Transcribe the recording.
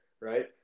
right